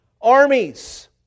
armies